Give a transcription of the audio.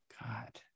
God